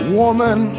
woman